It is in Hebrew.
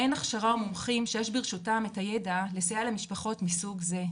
אין הכשרה או מומחים שיש ברשותם את הידע לסייע למשפחות מסוג זה,